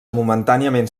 momentàniament